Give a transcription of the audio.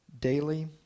daily